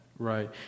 Right